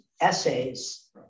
essays